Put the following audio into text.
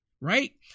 Right